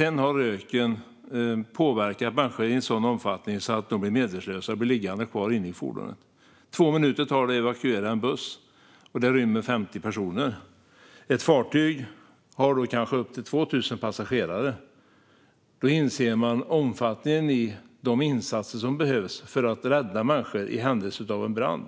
innan röken har påverkat människor i sådan omfattning att de blir medvetslösa och blir liggande kvar inne i fordonet. Två minuter tar det att evakuera en buss, och den rymmer 50 personer. Ett fartyg har kanske upp till 2 000 passagerare. Då inser man omfattningen av de insatser som behövs för att rädda människor i händelse av en brand.